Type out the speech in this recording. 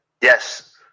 Yes